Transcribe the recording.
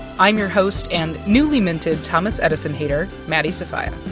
i'm your host and newly minted thomas edison hater maddie sofia.